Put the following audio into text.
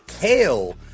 Kale